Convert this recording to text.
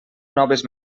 noves